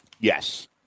Yes